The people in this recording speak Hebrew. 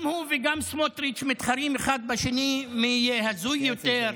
גם הוא וגם סמוטריץ' מתחרים אחד בשני מי יהיה הזוי יותר,